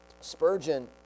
Spurgeon